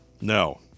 No